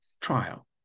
trial